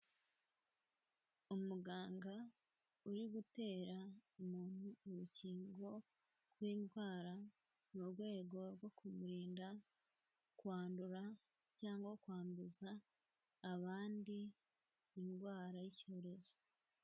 Umuganga uri gutera umuntu urukingo rw'indwara mu rwego rwo kumurinda kwandura cyangwa kwanduza abandi indwara y'icyorezo.